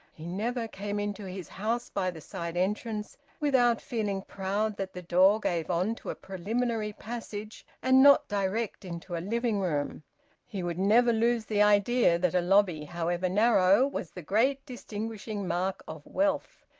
he never came into his house by the side entrance without feeling proud that the door gave on to a preliminary passage and not direct into a living-room he would never lose the idea that a lobby, however narrow, was the great distinguishing mark of wealth.